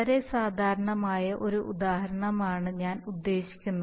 വളരെ സാധാരണമായ ഒരു ഉദാഹരണം ആണ് ഞാൻ ഉദ്ദേശിക്കുന്നത്